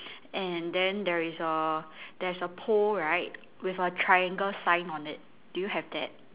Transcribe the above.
and then there is a there's a pole right with a triangle sign on it do you have that